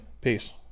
Peace